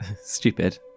Stupid